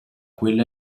quella